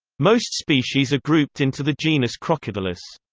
most species are grouped into the genus crocodylus.